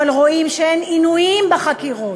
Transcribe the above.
אבל רואים שאין עינויים בחקירות,